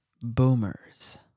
Boomers